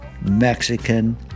Mexican